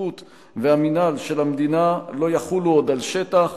השיפוט והמינהל של המדינה לא יחולו עוד על שטח,